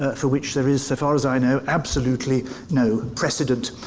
ah for which there is, so far as i know, absolutely no precedent.